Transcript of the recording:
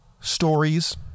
stories